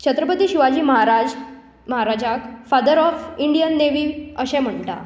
छत्रपती शिवाजी महाराज महाराजाक father of Indian navy अशें म्हणटात